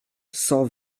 cent